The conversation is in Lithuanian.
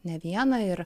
ne vieną ir